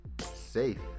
safe